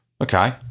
Okay